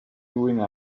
doing